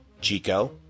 Chico